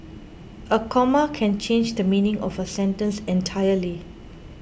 a comma can change the meaning of a sentence entirely